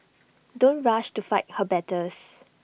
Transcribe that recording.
don't rush to fight her battles